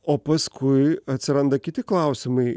o paskui atsiranda kiti klausimai